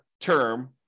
term